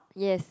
yes